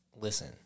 listen